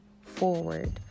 forward